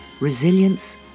resilience